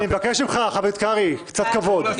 אני מבקש ממך, חבר הכנסת קרעי, קצת כבוד.